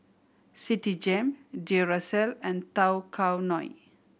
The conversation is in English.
Citigem Duracell and Tao Kae Noi